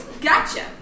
Gotcha